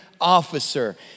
officer